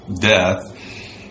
death